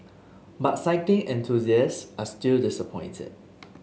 but cycling enthusiasts are still disappointed